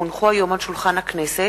כי הונחו היום על שולחן הכנסת,